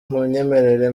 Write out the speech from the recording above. munyemerere